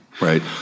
right